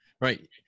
right